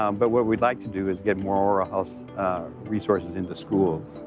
um but what we'd like to do is get more oral health resources in the schools.